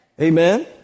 Amen